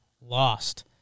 Lost